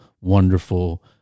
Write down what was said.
wonderful